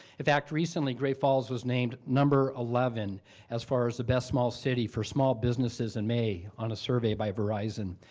in fact, recently, great falls was named number eleven as far as the best small city for small businesses in may on a survey by verizon.